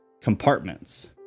compartments